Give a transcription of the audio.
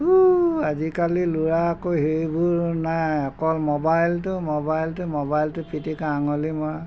ও আজিকালি ল'ৰা আকৌ সেইবোৰ নাই অকল মোবাইলটো মোবাইলটো মোবাইলটো পিটিকা আঙুলি মৰা